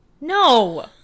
No